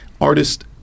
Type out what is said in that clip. Artist